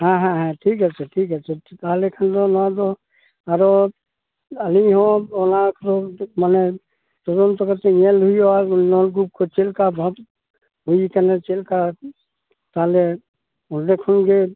ᱦᱮᱸ ᱦᱮᱸ ᱴᱷᱤᱠ ᱟᱪᱷᱮ ᱴᱷᱤᱠ ᱟᱪᱷᱮ ᱛᱟᱦᱚᱞᱮ ᱠᱷᱟᱱ ᱱᱚᱣᱟ ᱫᱚ ᱟᱨᱚ ᱟᱹᱞᱤᱧ ᱦᱚᱸ ᱚᱱᱟ ᱠᱟᱨᱚᱱ ᱛᱮ ᱢᱟᱱᱮ ᱛᱚᱫᱚᱱᱛ ᱠᱟᱛᱮᱫ ᱧᱮᱞ ᱦᱩᱭᱩᱜᱼᱟ ᱱᱚᱞᱠᱩᱯ ᱠᱚ ᱪᱮᱫ ᱞᱮᱠᱟ ᱵᱷᱟᱵ ᱦᱩᱭᱟᱠᱟᱱᱟ ᱪᱮᱫ ᱞᱮᱠᱟ ᱛᱟᱦᱚᱞᱮ ᱚᱸᱰᱮ ᱠᱷᱚᱱ ᱜᱮ